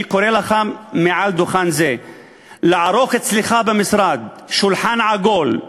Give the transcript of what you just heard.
אני קורא לך מעל דוכן זה לערוך אצלך במשרד שולחן עגול.